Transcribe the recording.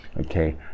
okay